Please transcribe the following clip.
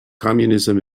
communism